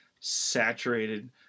saturated